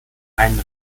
einen